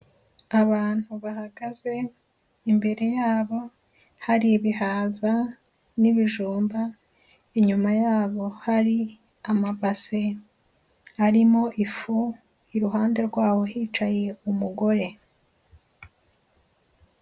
Abantu bahagaze, imbere yabo hari ibihaza n'ibijumba, inyuma yabo hari amabase arimo ifu, iruhande rwabo hicaye umugore.